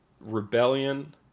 rebellion